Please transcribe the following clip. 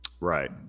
Right